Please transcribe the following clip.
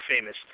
famous